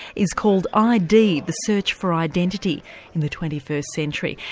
is called id the search for identity in the twenty first century.